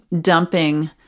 dumping